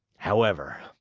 however,